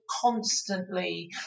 constantly